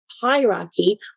hierarchy